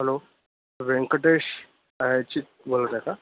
hello Venkatesh Ayachit बोलत आहे का